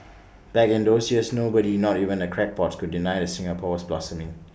back in those years nobody not even the crackpots could deny that Singapore was blossoming